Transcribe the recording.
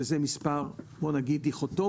שזה מספר דיכוטומי,